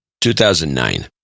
2009